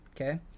okay